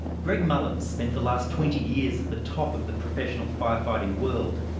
greg mullins spent the last twenty years at the top of the professional fire fighting world.